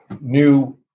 new